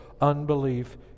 unbelief